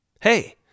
Hey